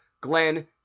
Glenn